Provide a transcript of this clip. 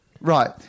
Right